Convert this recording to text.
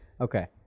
Okay